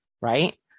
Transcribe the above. right